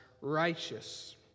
righteous